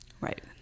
Right